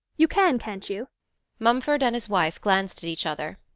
you can, can't you mumford and his wife glanced at each other.